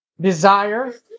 Desire